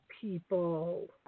people